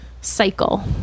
cycle